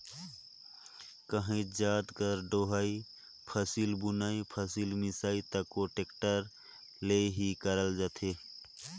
काहीच जाएत कर डोहई, फसिल बुनई, फसिल मिसई तको टेक्टर ले ही करल जाथे